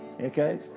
okay